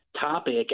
topic